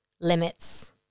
limits